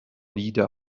wieder